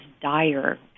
dire